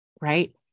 Right